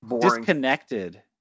Disconnected